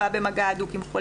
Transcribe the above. הוא בא בלי לדעת.